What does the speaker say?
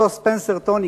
אותו ספנסר טוניק,